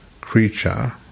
creature